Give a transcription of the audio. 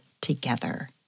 together